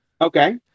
okay